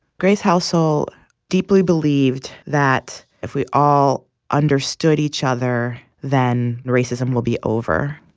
grace halsell deeply believed that if we all understood each other, then racism will be over.